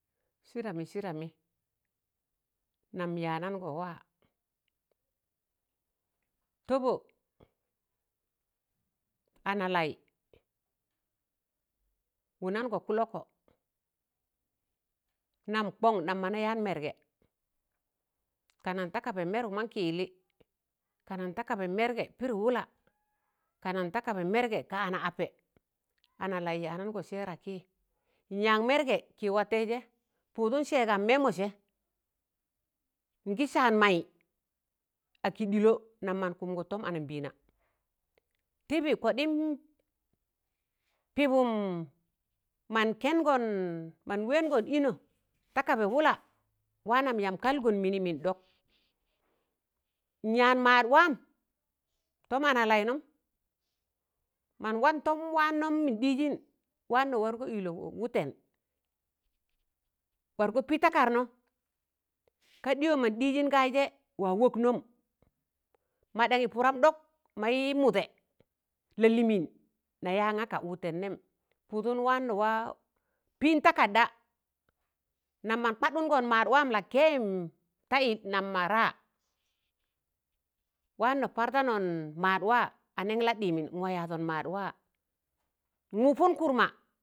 sịdamị sịdamị nam ya nan gọ wa, tọbọ, analaị ụnangọ kụlọkọ, nam kọn nam mọna yaan merge, ka nan ta kaba me rụk ma kị yịllị, kanan takaba merge pịrị wụla, ka nan ta kaba merge ka ana ape, ana laị yanangọ see ra kị n'yak merge kị wataịje pụndụn seegam memọ se, n'gị saan maị a kị ɗịlọ nam mọn kụmgọ tọm anambịịna, kọɗịm pịbịm man kengọn, man weengọn ịna ta kaba wụla waanam yamb kalgọn mịnị mịn ɗọk, n'yaan maadwam tọm ana lainọm mọn wan tọm wanọm mịn ɗịzịn, waanọ wargọ ịlụ wụten wargọ pị takarnọ ka ɗịyọm mọn ɗịzịn gaịze wa wọk nọm, ma ɗaṇyị pụram ɗọk mayị, mụde lalịịmịn na yaan gaka wụten nem pụụdụn waan nọ wa pịịn takarda, nam mọn kwadụṇọn maad wam lakeyịm ta yị nam mara, waan nọ paịrda nọn maad wa a neṇ ladịmịn, n'wa yaadọn maad wa, n wụpụn kụrma.